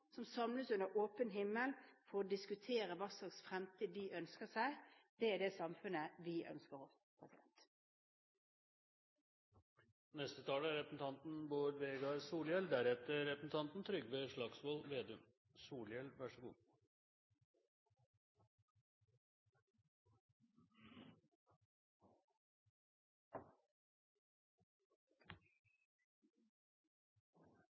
som samles under åpen himmel for å diskutere hva slags fremtid de ønsker seg. Det er det samfunnet vi ønsker